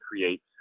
create